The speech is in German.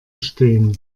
stehen